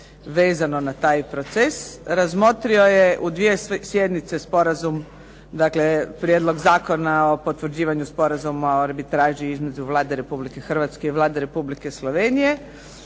vezano na taj proces. Razmotrio je u dvije sjednice sporazum, dakle Prijedlog Zakona o potvrđivanju Sporazuma o arbitraži između Vlade Republike Hrvatske i Vlade Republike Slovenije.